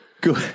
Good